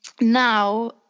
now